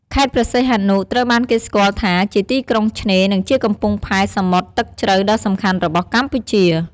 ខេត្តព្រះសីហនុ ត្រូវបានគេស្គាល់ថាជាទីក្រុងឆ្នេរ និងជាកំពង់ផែសមុទ្រទឹកជ្រៅដ៏សំខាន់របស់កម្ពុជា។